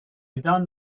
done